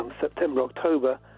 September-October